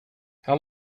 how